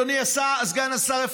אדוני סגן השר,